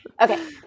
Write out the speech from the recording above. Okay